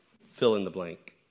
fill-in-the-blank